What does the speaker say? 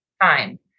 time